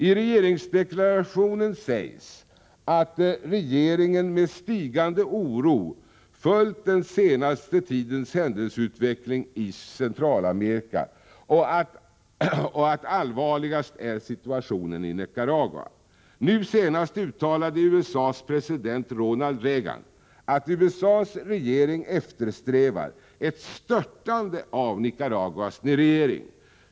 I regeringsdeklarationen sägs att regeringen med stigande oro följt den senaste tidens händelseutveckling i Centralamerika och att allvarligast är situationen i Nicaragua. Nu senast uttalade USA:s president Ronald Reagan att USA:s regering eftersträvar ett störtande av Nicaraguas regering.